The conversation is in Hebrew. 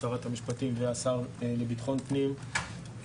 שרת המשפטים והשר לביטחון הפנים,